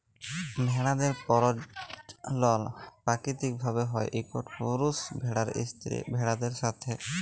ভেড়াদের পরজলল পাকিতিক ভাবে হ্যয় ইকট পুরুষ ভেড়ার স্ত্রী ভেড়াদের সাথে